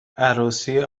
عروسی